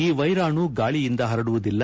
ಈ ವೈರಾಣು ಗಾಳಿಯಿಂದ ಹರಡುವುದಿಲ್ಲ